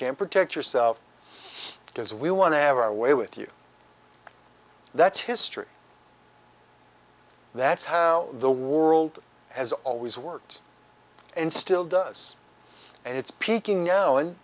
can protect yourself because we want to have our way with you that's history that's how the world has always worked and still does and it's peaking now and